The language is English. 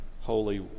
holy